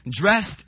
dressed